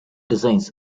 designs